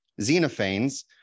Xenophanes